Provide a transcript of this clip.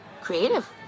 Creative